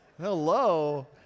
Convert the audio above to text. Hello